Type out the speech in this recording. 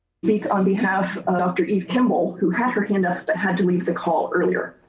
speak on behalf of dr. eve kimball, who had her hand up, but had to leave the call earlier.